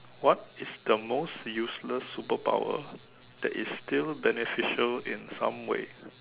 what is the most useless superpower that is still beneficial in some ways